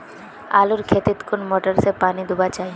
आलूर खेतीत कुन मोटर से पानी दुबा चही?